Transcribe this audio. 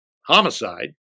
homicide